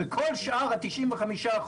וכל שאר ה-95%,